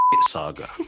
saga